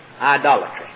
idolatry